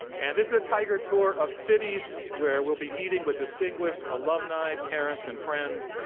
and this is a tiger tour of cities where we'll be meeting with distinguished alumni, parents and friends,